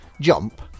jump